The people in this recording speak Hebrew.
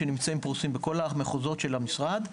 שפרוסים בכל המחוזות של המשרד.